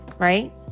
Right